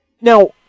Now